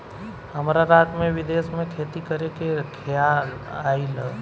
हमरा रात में विदेश में खेती करे के खेआल आइल ह